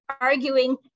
arguing